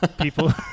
people